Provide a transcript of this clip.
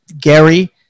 Gary